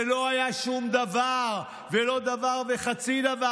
ולא היה שום דבר ולא דבר וחצי דבר.